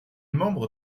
membre